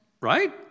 Right